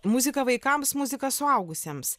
muzika vaikams muzika suaugusiems